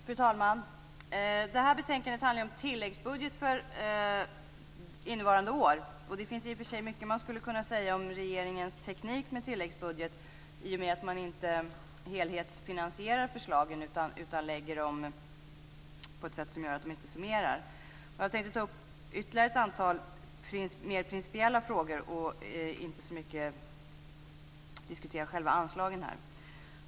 Fru talman! Det här betänkandet handlar om tilläggsbudget för innevarande år. Det finns i och för sig mycket man skulle kunna säga om regeringens teknik med tilläggsbudget, då man inte helhetsfinansierar förslagen utan lägger dem på ett sätt som gör att de inte summerar. Jag tänker ta upp ytterligare ett antal mer principiella frågor och inte så mycket diskutera själva anslagen.